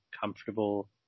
comfortable